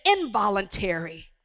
involuntary